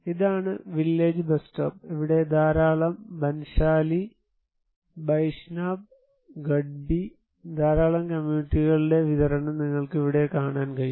ഇതാണ് village bus stop ഇവിടെ ധാരാളം ബൻഷാലി ബൈഷ്നാബ് ഗഡ്ബി ധാരാളം കമ്മ്യൂണിറ്റികളുടെ വിതരണം നിങ്ങൾക്ക് ഇവിടെ കാണാൻ കഴിയും